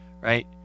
right